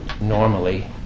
normally